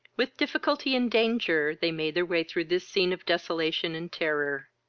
with difficulty and danger they made their way through this scene of desolation and terror.